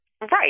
Right